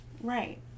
right